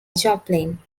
joplin